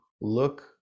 look